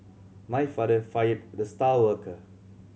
my father fired the star worker